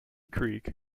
creek